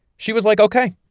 she was like, ok,